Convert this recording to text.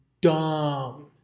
dumb